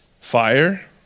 fire